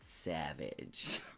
savage